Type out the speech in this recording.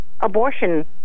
abortion